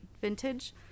vintage